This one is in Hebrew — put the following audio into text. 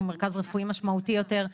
ומרכז רפואי משמעותי יותר,